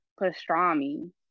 pastrami